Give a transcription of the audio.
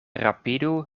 rapidu